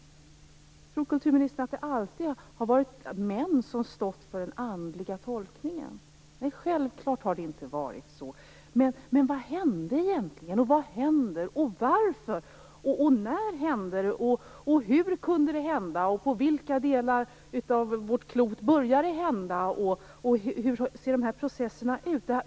Tror kulturministern att det alltid har varit män som stått för den andliga tolkningen? Självklart har det inte varit så. Vad hände egentligen, och vad händer? Varför och när hände det? Hur kunde det hända, och på vilka delar av vårt klot började det hända? Hur ser de här processerna ut?